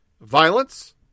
violence